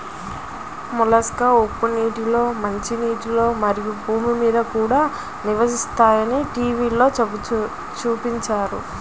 మొలస్క్లు ఉప్పు నీటిలో, మంచినీటిలో, మరియు భూమి మీద కూడా నివసిస్తాయని టీవిలో చూపించారు